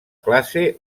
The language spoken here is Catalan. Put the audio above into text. classe